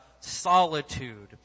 solitude